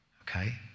Okay